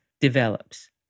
develops